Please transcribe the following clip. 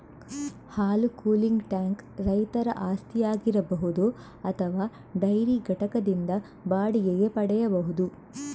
ಹಾಲು cooling tank ರೈತರ ಆಸ್ತಿಯಾಗಿರಬಹುದು ಅಥವಾ ಡೈರಿ ಘಟಕದಿಂದ ಬಾಡಿಗೆಗೆ ಪಡೆಯಬಹುದು